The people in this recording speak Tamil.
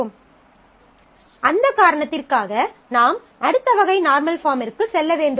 ஸ்லைடு நேரத்தைப் பார்க்கவும் 133 அந்த காரணத்திற்காக நாம் அடுத்த வகை நார்மல் பாஃர்ம்மிற்கு செல்ல வேண்டும்